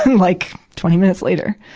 like, twenty minutes later.